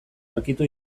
aurkitu